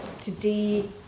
today